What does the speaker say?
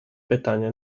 pytania